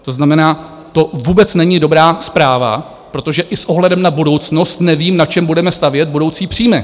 To znamená, to vůbec není dobrá zpráva, protože i s ohledem na budoucnost nevím, na čem budeme stavět budoucí příjmy.